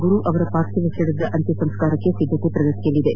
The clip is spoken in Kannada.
ಗುರು ಅವರ ಪಾರ್ಥಿವ ಶರೀರದ ಅಂತ್ಯ ಸಂಸ್ಕಾರಕ್ಕೆ ಸಿದ್ದತೆ ಪ್ರಗತಿಯಲ್ಲಿದೆ